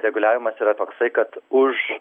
reguliavimas yra toksai kad už